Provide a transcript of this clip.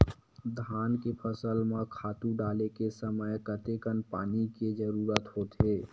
धान के फसल म खातु डाले के समय कतेकन पानी के जरूरत होथे?